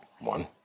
one